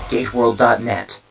GateWorld.net